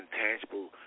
intangible